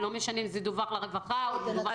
זה לא משנה אם זה דווח לרווחה או דווח למשטרה.